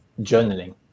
journaling